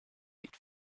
eat